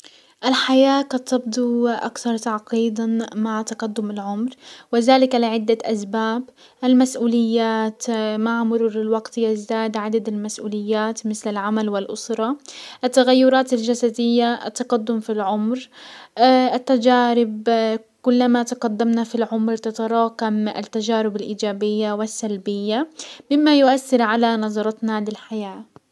الحياة قد تبدو اكثر تعقيدا مع تقدم العمر وزلك لعدة اسباب المسؤوليات، مع مرور الوقت يزداد عدد المسؤوليات مسل العمل والاسرة، التغيرات الجسدية، التقدم في العمر، التجارب كلما تقدمنا في العمر تتراكم التجارب الايجابية والسلبية، مما يؤثر على نزرتنا للحياة.